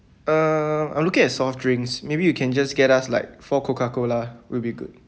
um I'm looking as soft drinks maybe you can just get us like four coca cola will be good